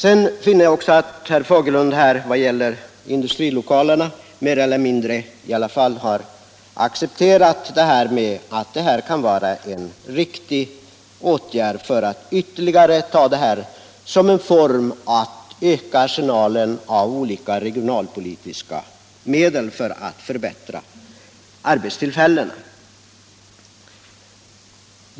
Sedan finner jag också att herr Fagerlund vad det gäller de kommunala industrilokalerna mer eller mindre i alla fall har accepterat att detta kan vara en riktig åtgärd som industriministern föreslår. Därigenom ökas ytterligare arsenalen av olika regionalpolitiska medel för att förbättra tillgången till arbetstillfällen.